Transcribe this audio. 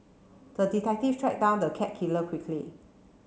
the detective tracked down the cat killer quickly